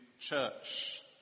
church